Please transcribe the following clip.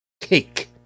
cake